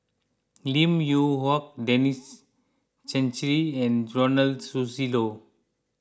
Lim Yew Hock Denis Santry and Ronald Susilo